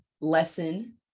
lesson